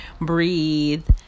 breathe